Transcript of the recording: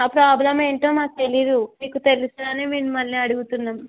ఆ ప్రాబ్లం ఏమిటో మాకు తెలియదు మీకు తెలుస్తుంది అని మిమ్మల్ని అడుగుతున్నాం